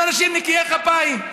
עם אנשים נקיי כפיים?